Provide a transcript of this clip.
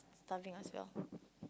starving as well